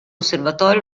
osservatorio